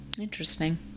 Interesting